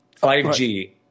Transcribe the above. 5G